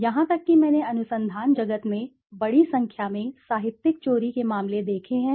यहां तक कि मैंने अनुसंधान जगत में बड़ी संख्या में साहित्यिक चोरी के मामले देखे हैं